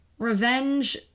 revenge